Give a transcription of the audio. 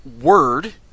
word